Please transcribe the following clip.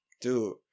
dude